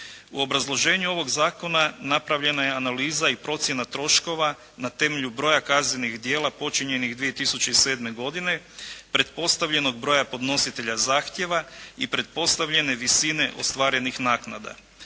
U obrazloženju ovog zakona napravljena je analiza i procjena troškova na temelju broja kaznenih djela počinjenih 2007. godine pretpostavljam od broja podnositelja zahtjeva i pretpostavljene visine ostvarenih naknada.